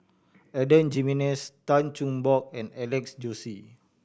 Adan Jimenez Tan Cheng Bock and Alex Josey